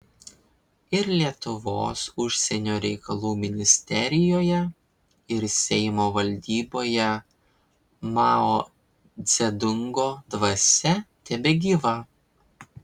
ir lietuvos užsienio reikalų ministerijoje ir seimo valdyboje mao dzedungo dvasia tebegyva